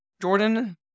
Jordan